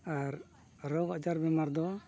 ᱟᱨ ᱨᱳᱜ ᱟᱡᱟᱨ ᱵᱮᱢᱟᱨ ᱫᱚ